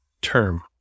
term